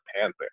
Panther